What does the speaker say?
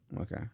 Okay